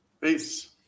Peace